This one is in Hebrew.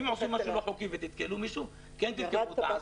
אם עושים משהו לא חוקי ותמצאו מישהו, תתקפו.